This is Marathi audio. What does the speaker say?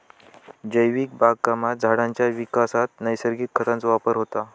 जैविक बागकामात झाडांच्या विकासात नैसर्गिक खतांचो वापर होता